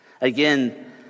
Again